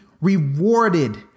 rewarded